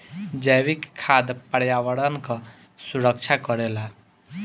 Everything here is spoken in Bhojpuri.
जैविक खाद पर्यावरण कअ सुरक्षा करेला